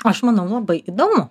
aš manau labai įdomu